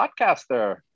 podcaster